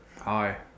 Hi